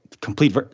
complete